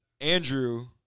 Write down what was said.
Andrew